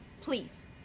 Please